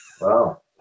wow